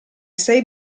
sei